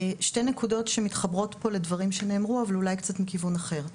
שתי נקודות שמתחברות פה לדברים שנאמרו אבל אולי קצת מכיוון אחר,